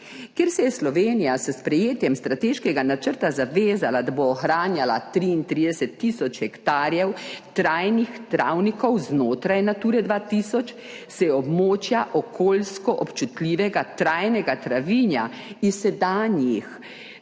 Ker se je Slovenija s sprejetjem strateškega načrta zavezala, da bo ohranjala 33 tisoč hektarjev trajnih travnikov znotraj Nature 2000, se območja okoljsko občutljivega trajnega travinja iz sedanjih